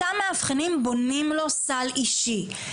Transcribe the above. אותם מאבחנים בונים לו סל אישי,